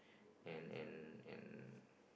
and and and